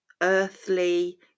earthly